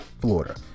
Florida